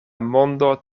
mondo